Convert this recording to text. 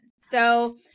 So-